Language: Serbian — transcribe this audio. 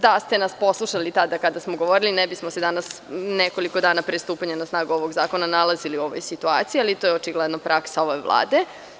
Da ste nas poslušali tada kada smo govorili, ne bismo se danas, nekoliko dana pre stupanja na snagu ovog zakona, nalazili u ovoj situaciji, ali to je očigledno praksa ove Vlade.